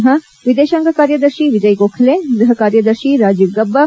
ಸಿನ್ಹಾ ವಿದೇಶಾಂಗ ಕಾರ್ಯದರ್ಶಿ ವಿಜಯ್ ಗೋಖಲೆ ಗೃಹ ಕಾರ್ಯದರ್ಶಿ ರಾಜೀವ್ ಗಬ್ಲಾ